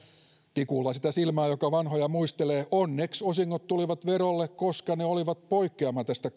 tikulla sitä silmään joka vanhoja muistelee onneksi osingot tulivat verolle koska ne olivat poikkeama tästä